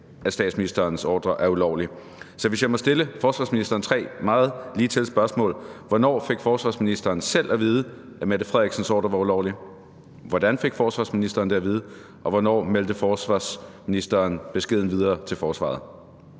at statsministerens ordre er ulovlig. Så hvis jeg må stille forsvarsministeren tre meget ligetil spørgsmål: Hvornår fik forsvarsministeren selv at vide, at Mette Frederiksens ordre var ulovlig, hvordan fik forsvarsministeren det at vide, og hvornår meldte forsvarsministeren beskeden videre til forsvaret?